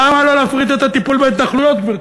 למה לא להפריט את הטיפול בהתנחלויות, גברתי?